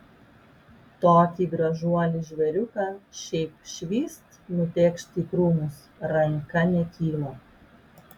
tokį gražuolį žvėriuką šiaip švyst nutėkšti į krūmus ranka nekyla